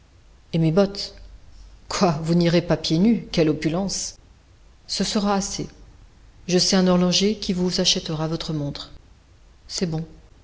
et mes bottes quoi vous n'irez pas pieds nus quelle opulence ce sera assez je sais un horloger qui vous achètera votre montre c'est bon